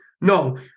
No